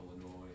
Illinois